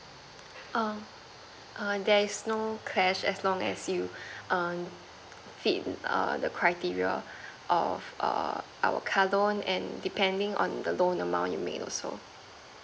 um err there is no cash as long as you um fit err the criteria of err our car loan and depending on the loan amount you made also